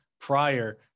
prior